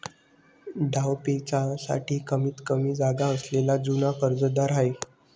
डावपेचांसाठी कमीतकमी जागा असलेला जुना कर्जदार आहे